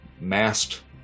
masked